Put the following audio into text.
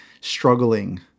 struggling